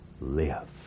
live